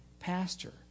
pastor